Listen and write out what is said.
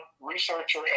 researcher